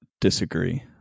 disagree